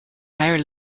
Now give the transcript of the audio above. higher